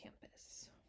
campus